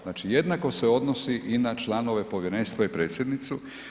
Znači, jednako se odnosi i na članove povjerenstva i predsjednicu.